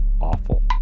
awful